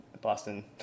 Boston